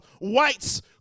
whites—